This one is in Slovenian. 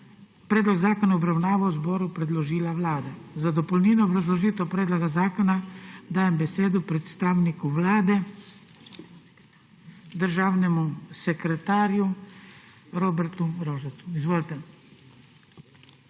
Predlog zakona je v obravnavo zboru predložila Vlada. Za dopolnilno obrazložitev predloga zakona dajem besedo predstavniku Vlade, državnemu sekretarju Robertu Rožacu. Izvolite.